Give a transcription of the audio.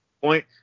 point